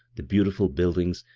the beautiful buildings,